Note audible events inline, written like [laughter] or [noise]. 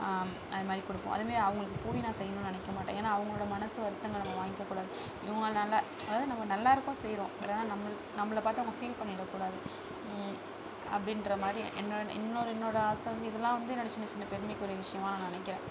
அதுமாதிரி கொடுப்போம் அதுமாரி அவங்களுக்கு போய் செய்யணும்னு நான் நினைக்க மாட்டேன் ஏன்னா அவங்களோட மனசு வருத்தங்களை நம்ம வாங்கிக்க கூடாது இவங்கள்லா நல்லா அதாவது நம்ம நல்லாயிருக்கோம் செய்கிறோம் பட் ஆனால் நம்மளை நம்மளை பார்த்து அவங்க ஃபீல் பண்ணிடக்கூடாது அப்படின்ற மாதிரி [unintelligible] என்னோட ஆசை வந்து இதெல்லாம் வந்து என்னுடைய சின்னச்சின்ன பெருமைக்குரிய விஷயமா நான் நினைக்குறேன்